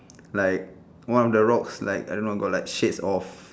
like one of the rocks like I don't know got like shades of